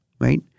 right